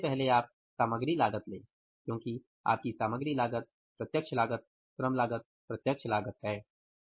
सबसे पहले आप सामग्री लागत ले क्योंकि आपकी सामग्री लागत प्रत्यक्ष लागत श्रम लागत प्रत्यक्ष लागत है